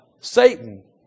Satan